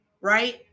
right